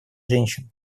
женщины